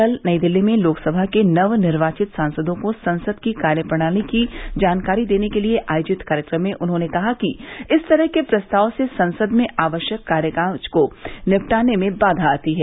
कल नई दिल्ली में लोकसभा के नवनिर्वाचित सांसदों को संसद की कार्यप्रणाली की जानकारी देने के लिए आयोजित कार्यक्रम में उन्होंने कहा कि इस तरह के प्रस्ताव से संसद में आवश्यक कामकाज को निपटाने में बाघा आती है